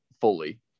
fully